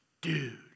dude